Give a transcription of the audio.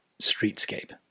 streetscape